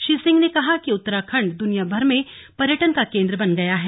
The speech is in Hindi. श्री सिंह ने कहा कि उत्तराखंड द्नियाभर में पर्यटन का केन्द्र बन गया है